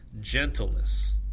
gentleness